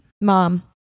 mom